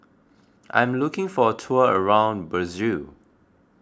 I'm looking for a tour around Brazil